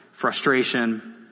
frustration